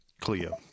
Cleo